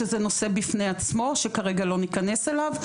שזה נושא בפני עצמו שכרגע לא ניכנס אליו.